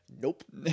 nope